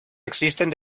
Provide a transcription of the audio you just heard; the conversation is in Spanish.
existen